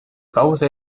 cauce